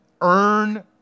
earn